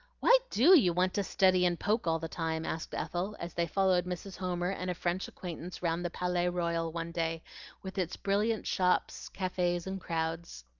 why do you want to study and poke all the time? asked ethel, as they followed mrs. homer and a french acquaintance round the palais royal one day with its brilliant shops, cafes, and crowds.